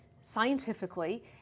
scientifically